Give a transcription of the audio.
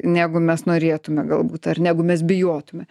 negu mes norėtume galbūt ar negu mes bijotume